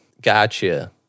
gotcha